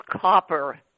copper